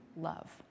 love